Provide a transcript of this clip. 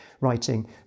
writing